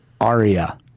Aria